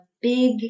big